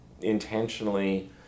intentionally